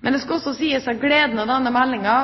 Men det må også sies at gleden over denne meldinga